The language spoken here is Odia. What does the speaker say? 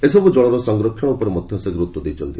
ଏ ସବୁ ଜଳର ସଂରକ୍ଷଣ ଉପରେ ମଧ୍ୟ ସେ ଗୁରୁତ୍ୱ ଦେଇଛନ୍ତି